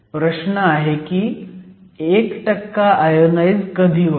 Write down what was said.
प्रश्न आहे की 1 आयोनाईज कधी होतो